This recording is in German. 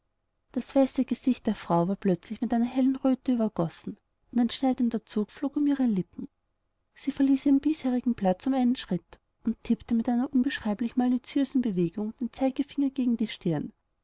das weiße gesicht der frau war plötzlich mit einer hellen röte übergossen und ein schneidender zug flog um ihre lippen sie verließ ihren bisherigen platz um einen schritt und tippte mit einer unbeschreiblich maliziösen bewegung den zeigefinger gegen die stirn